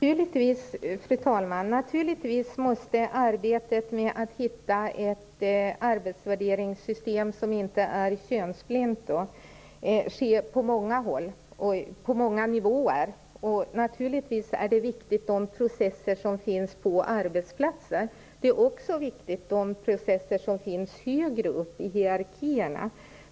Fru talman! Naturligtvis måste arbetet med att hitta ett arbetsvärderingssystem som inte är könsblint ske på många håll och på många nivåer, och även de processer som sker på arbetsplatser är viktiga. De processer som sker högre upp i hierarkin är också viktiga.